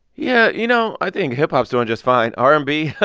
yeah. you know, i think hip-hop's doing just fine. r and b.